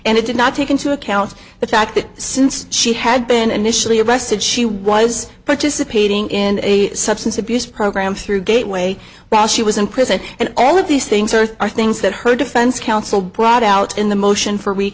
and it did not take into account the fact that since she had been initially arrested she was participating in a substance abuse program through gateway bass she was in prison and all of these things are things that her defense counsel brought out in the motion